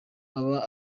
aba